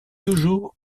toujours